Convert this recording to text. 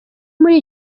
muri